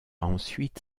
ensuite